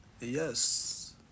Yes